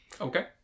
Okay